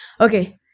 okay